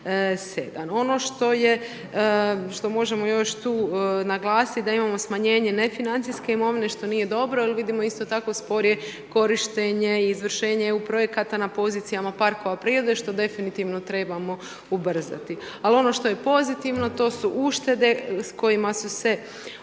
Ono što možemo još tu naglasiti da imamo smanjenje nefinancijske imovine, što nije dobro jer vidimo isto kako sporije korištenje i izvršenje EU projekata na pozicijama parkova prirode što definitivno trebamo ubrzati. Ali ono što je pozitivno, to su uštede s kojima su se osigurala